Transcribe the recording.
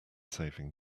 saving